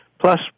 Plus